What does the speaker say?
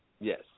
Yes